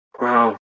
Wow